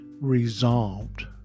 resolved